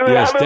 Yes